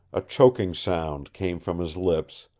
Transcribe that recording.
a choking sound came from his lips,